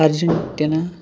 Argentina